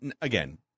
Again